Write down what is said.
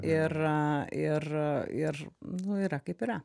ir ir ir nu yra kaip yra